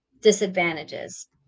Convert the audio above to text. disadvantages